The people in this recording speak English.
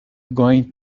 going